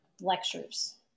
lectures